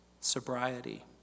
sobriety